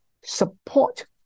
support